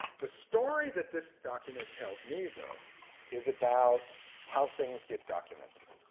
the story that this document tells me though is about how things get documented.